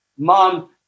Mom